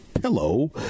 pillow